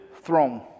throne